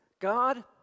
God